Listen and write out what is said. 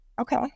Okay